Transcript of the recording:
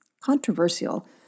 controversial